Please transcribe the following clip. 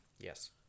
Yes